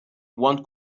one